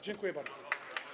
Dziękuję bardzo.